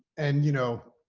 and, you know,